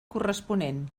corresponent